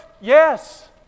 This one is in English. Yes